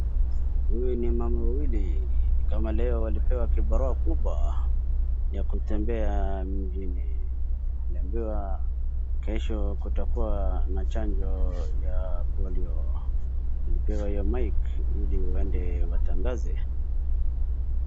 Huyu ni mama wawili, kama leo walipewa kibarua kubwa ya kutembea mjini. Waliambiwa kesho kutakuwa na chanjo ya Polio, walipewa hio mic ili waende watangaze.